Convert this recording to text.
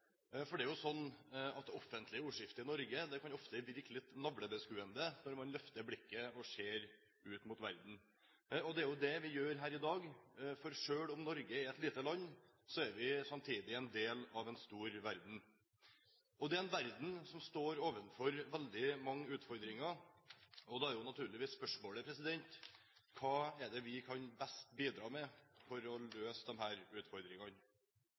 for det er jo sånn at det offentlige ordskiftet i Norge ofte kan bli litt navlebeskuende når man løfter blikket og ser ut mot verden. Det er jo det vi gjør her i dag. For selv om Norge er et lite land, er vi samtidig en del av en stor verden, og det er en verden som står overfor veldig mange utfordringer, og da er naturligvis spørsmålet: Hva er det vi best kan bidra med for å løse disse utfordringene?